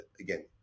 again